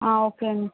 okay అండి